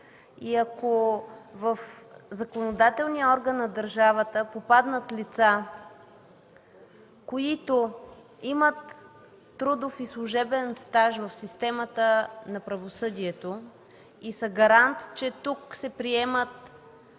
и ако в законодателния орган на държавата попаднат лица, които имат трудов и служебен стаж в системата на правосъдието и са гарант, че тук се приемат